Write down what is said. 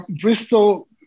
Bristol